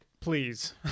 Please